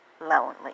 lonely